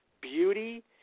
beauty